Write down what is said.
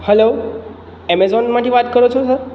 hello એમેઝોનમાંથી વાત કરો છો સર